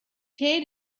tear